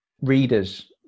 readers